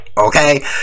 okay